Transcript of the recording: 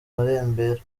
marembera